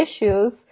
issues